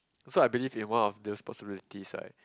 so I believe in one of those possibilities right